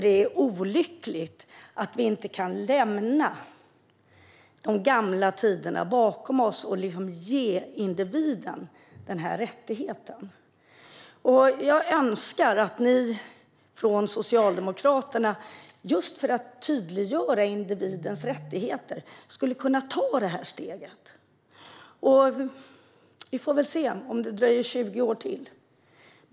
Det är olyckligt att vi inte kan lämna de gamla tiderna bakom oss och ge individen rättigheten. Jag önskar att Socialdemokraterna just för att tydliggöra individens rättigheter tar steget. Vi får väl se om det dröjer 20 år till.